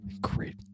Great